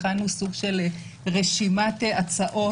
הכנו סוג של רשימת הצעות,